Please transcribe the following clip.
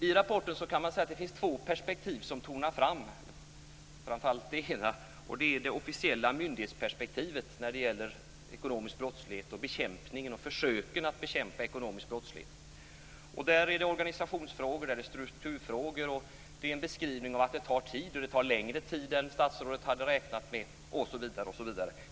I rapporten finns två perspektiv som tornar fram, framför allt det ena. Det är det officiella myndighetsperspektivet när det gäller ekonomisk brottslighet och försöken att bekämpa ekonomisk brottslighet. Där är det organisationsfrågor och strukturfrågor. Det är en beskrivning av att det tar tid, och det tar längre tid än vad statsrådet hade räknat med, osv.